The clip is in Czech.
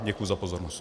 Děkuji za pozornost.